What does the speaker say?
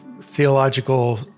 theological